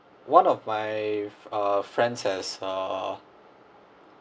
one of my uh friends has uh